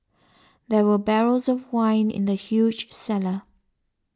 there were barrels of wine in the huge cellar